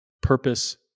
purpose